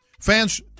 Fans